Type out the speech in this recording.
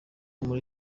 muri